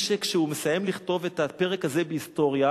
כשהוא מסיים לכתוב את הפרק הזה בהיסטוריה,